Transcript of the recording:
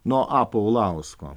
nuo a paulausko